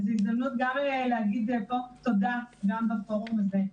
זו הזדמנות גם להגיד תודה גם בפורום הזה.